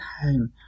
home